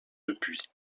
depuis